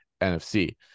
NFC